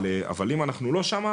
אבל אם אנחנו לא שם,